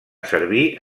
servir